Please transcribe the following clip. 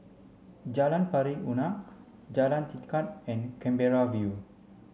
Jalan Pari Unak Jalan Tekad and Canberra View